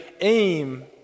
aim